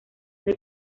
del